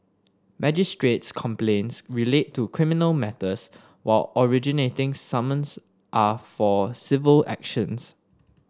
magistrate's complaints relate to criminal matters while originating summons are for civil actions